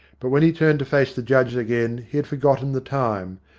but when he turned to face the judge again he had for gotten the time,